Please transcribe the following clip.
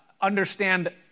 understand